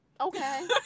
Okay